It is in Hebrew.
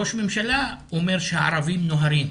ראש ממשלה אומר שהערבים נוהרים,